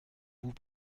vous